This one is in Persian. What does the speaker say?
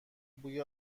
بوی